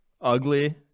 ugly